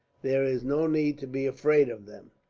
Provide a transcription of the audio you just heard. there is no need to be afraid of them,